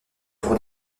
pour